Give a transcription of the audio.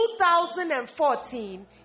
2014